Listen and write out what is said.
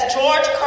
George